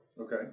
Okay